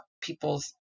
people's